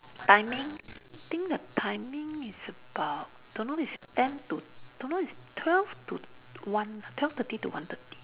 timing I think the timing is about don't know is ten to don't know is twelve to one twelve thirty to one thirty